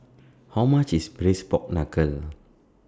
How much IS Braised Pork Knuckle